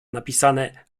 napisane